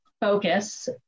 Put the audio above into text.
focus